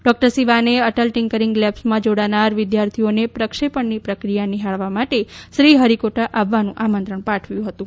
doctor સિવાને Atal tinkering લેબ્સમાં જોડાનાર વિદ્યોર્થીઓને પ્રક્ષેપણની પ્રક્રિયા નિહાળવા માટે શ્રી હરિકોટા આવવાનું આમંત્રણ પાઠવ્યું હતું